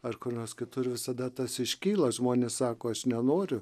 ar kur nors kitur visada tas iškyla žmonės sako aš nenoriu